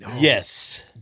Yes